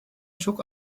çok